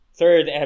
third